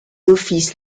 offices